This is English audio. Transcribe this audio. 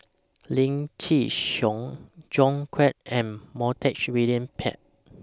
Lim Chin Siong John Clang and Montague William Pett